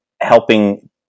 helping